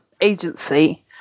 agency